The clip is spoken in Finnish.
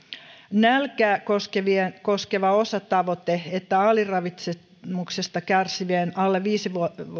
nälkää koskeva osatavoite että aliravitsemuksesta kärsivien alle viisi